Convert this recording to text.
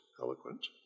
eloquent